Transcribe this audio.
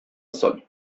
sol